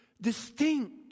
distinct